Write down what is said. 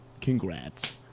congrats